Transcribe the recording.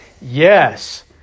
Yes